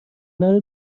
نره